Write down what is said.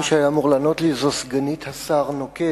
מי שהיה אמור לענות לי זו סגנית השר נוקד,